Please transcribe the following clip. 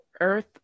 Earth